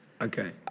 Okay